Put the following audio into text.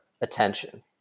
attention